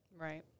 Right